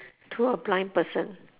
to a blind person